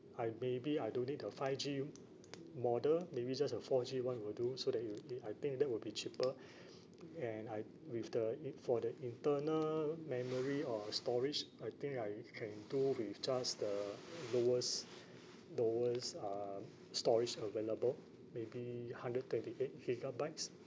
I maybe I don't need the five G model maybe just a four G one will do so that it wi~ it I think that will be cheaper and I with the i~ for the internal memory or storage I think I can do with just the lowest lowest um storage available maybe hundred twenty eight gigabytes